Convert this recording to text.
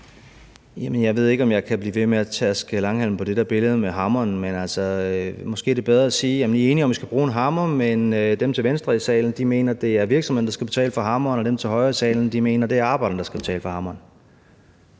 Jeg ved ikke, om jeg kan blive ved med at tærske langhalm på det der billede med hammeren, men måske er det bedre at sige: I er enige om, at I skal bruge en hammer, men dem til venstre i salen mener, det er virksomhederne, der skal betale for hammeren, og dem til højre i salen mener, det er arbejderne, der skal betale for hammeren.